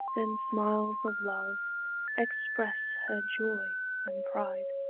then smiles of love express her joy and pride.